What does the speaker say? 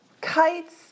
Kites